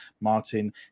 Martin